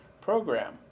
program